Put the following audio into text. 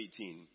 18